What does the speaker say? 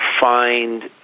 find